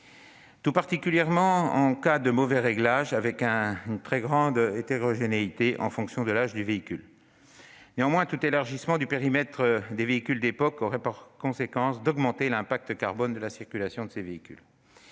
tout particulièrement en cas de mauvais réglage, avec une très grande hétérogénéité en fonction de l'âge du véhicule. Néanmoins, tout élargissement du périmètre des véhicules d'époque aurait pour conséquence d'augmenter l'impact carbone de la circulation de ces véhicules.